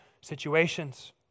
situations